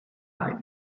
life